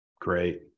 Great